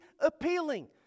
appealing